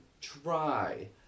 try